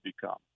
become